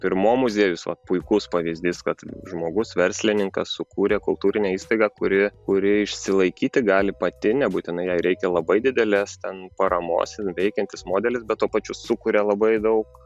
ir mo muziejus vat puikus pavyzdys kad žmogus verslininkas sukūrė kultūrinę įstaigą kuri kuri išsilaikyti gali pati nebūtinai jai reikia labai dideles ten paramos veikiantis modelis bet tuo pačiu sukuria labai daug